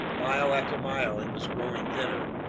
mile after mile it was growing thinner.